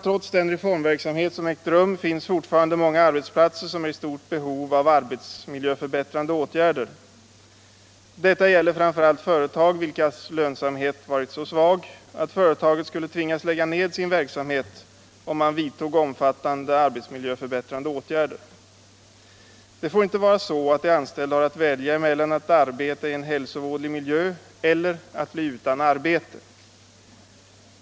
Trots den reformverksamhet som ägt rum finns det fortfarande många arbetsplatser som är i stort behov av arbetsmiljöförbättrande åtgärder. Detta gäller framför allt företag vilkas lönsamhet varit så svag att företagen skulle ha tvingats lägga ned sin verksamhet om man vidtog omfattande arbetsmiljöförbättrande åtgärder. Det får inte vara så att de anställda har att välja mellan att arbeta i en hälsovådlig miljö och att bli utan arbete.